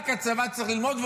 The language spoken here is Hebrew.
רק הצבא צריך ללמוד.